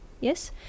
Yes